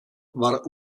war